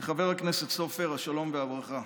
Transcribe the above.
לחבר הכנסת סופר השלום והברכה,